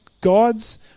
God's